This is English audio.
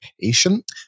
patient